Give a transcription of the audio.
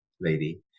lady